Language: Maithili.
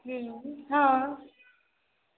हॅं